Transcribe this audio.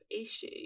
issue